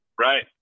Right